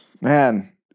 Man